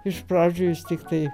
iš pradžių jis tiktai